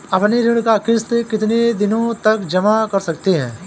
अपनी ऋण का किश्त कितनी दिनों तक जमा कर सकते हैं?